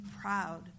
proud